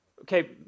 Okay